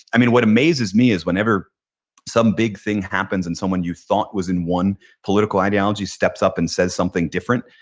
um what amazes me is whenever some big thing happens and someone you thought was in one political ideology steps up and says something different,